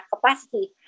capacity